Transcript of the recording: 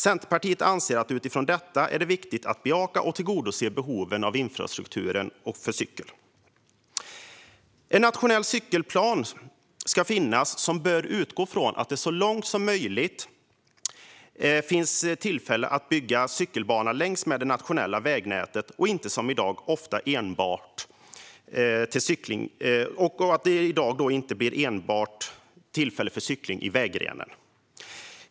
Centerpartiet anser att det utifrån detta är viktigt att bejaka och tillgodose behoven av infrastruktur för cykel. En nationell cykelplan ska finnas som bör utgå ifrån att det så långt som möjligt kan byggas en cykelbana längs med det nationella vägnätet och inte som i dag att det ofta endast finns möjlighet till cykling på vägrenen.